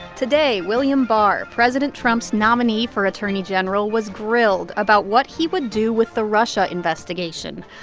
today, william barr, president trump's nominee for attorney general, was grilled about what he would do with the russia investigation.